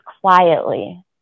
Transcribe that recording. quietly